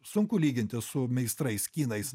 sunku lyginti su meistrais kinais